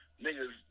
niggas